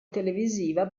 televisiva